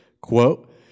quote